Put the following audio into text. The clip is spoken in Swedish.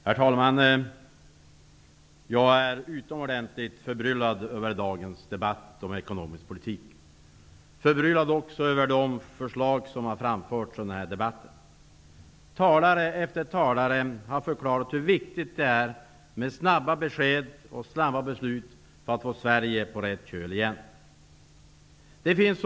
Herr talman! Jag är utomordentligt förbryllad över dagens debatt om ekonomisk politik. Jag är också förbryllad över de förslag som har framförts i debatten. Talare efter talare har förklarat hur viktigt det är med snabba besked och beslut för att få Sverige på rätt köl igen.